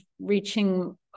reaching